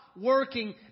working